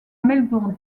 melbourne